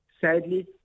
Sadly